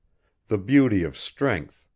the beauty of strength,